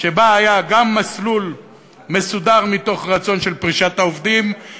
שבה היה גם מסלול מסודר של פרישת העובדים מתוך רצון,